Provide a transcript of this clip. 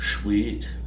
Sweet